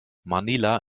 manila